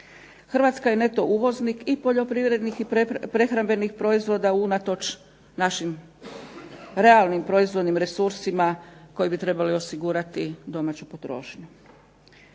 Hrvatska je neto uvoznik i poljoprivrednih i prehrambenih proizvoda unatoč našim realnim proizvodnim resursima koji bi trebali osigurati domaću potrošnju.